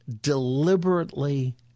deliberately